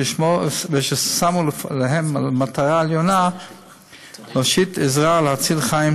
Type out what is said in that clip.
ששמו להם למטרה עליונה להושיט עזרה ולהציל חיים,